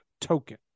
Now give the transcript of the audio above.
token